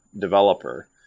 developer